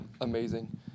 amazing